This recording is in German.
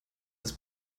ist